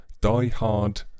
die-hard